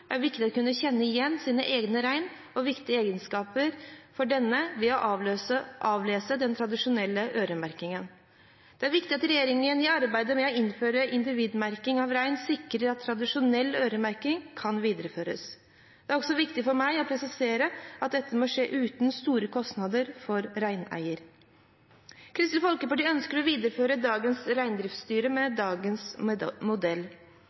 er viktig å kunne kjenne igjen sin egen rein og viktige egenskaper for denne ved å avlese den tradisjonelle øremerkingen. Det er viktig at regjeringen i arbeidet med å innføre individmerking av rein sikrer at tradisjonell øremerking kan videreføres. Det er også viktig for meg å presisere at dette må skje uten store økte kostnader for reineierne. Kristelig Folkeparti ønsker å videreføre dagens reindriftsstyrer med dagens modell.